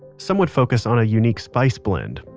some would focus on a unique spice blend,